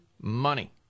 money